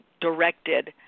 directed